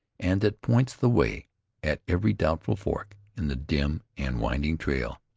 and that points the way at every doubtful fork in the dim and winding trail.